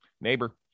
neighbor